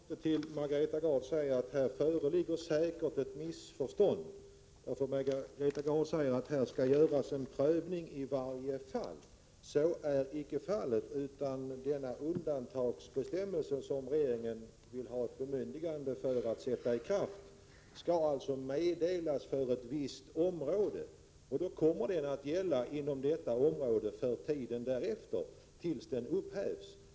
Herr talman! Jag måste till Margareta Gard få säga att det föreligger ett missförstånd, när hon menar att det i varje enskilt fall skall göras en prövning. Så är icke fallet. Den undantagsbestämmelse som regeringen vill ha bemyndigande att sätta i kraft skall nämligen meddelas för ett visst område. Detta undantag kommer därefter att gälla inom området fram till dess att det upphävs.